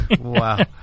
Wow